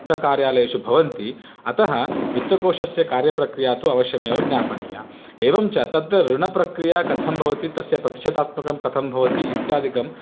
वित्तकार्यालयेषु भवन्ति अतः वित्तकोशस्य कार्यप्रक्रिया तु अवश्यमेव ज्ञापनीया एवं च तत्र ऋणप्रक्रिया कथं भवति तस्य पश्यतात्मकं कथं भवति इत्यादिकं